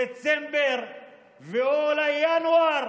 דצמבר ואולי ינואר,